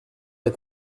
est